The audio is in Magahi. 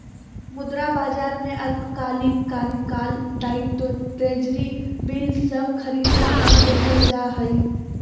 मुद्रा बाजार में अल्पकालिक कार्यकाल दायित्व ट्रेज़री बिल सब खरीदल और बेचल जा हइ